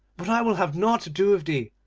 but i will have nought to do with thee,